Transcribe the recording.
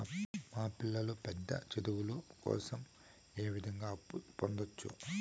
మా పిల్లలు పెద్ద చదువులు కోసం ఏ విధంగా అప్పు పొందొచ్చు?